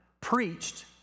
preached